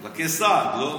לקיסר, לא?